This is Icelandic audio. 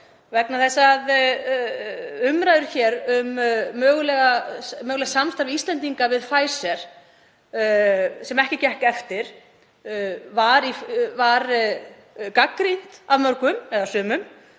vegna þess að umræður hér um mögulegt samstarf Íslendinga við Pfizer, sem ekki gekk eftir, var gagnrýnt af sumum, einkum